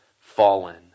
fallen